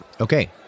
okay